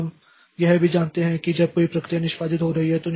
अब हम यह भी जानते हैं कि जब कोई प्रक्रिया निष्पादित हो रही है